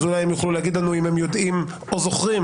אז אולי הם יוכלו להגיד לנו האם הם יודעים או זוכרים למה הם הגיעו.